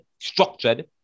structured